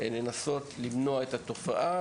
לנסות למנוע את התופעה,